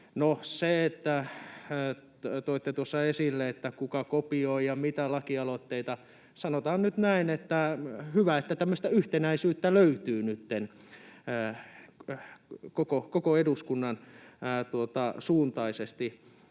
No, toitte tuossa esille, että kuka kopioi ja mitä lakialoitteita: sanotaan nyt näin, että hyvä, että tämmöistä yhtenäisyyttä löytyy nyt koko eduskunnan suuntaisesti.